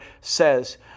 says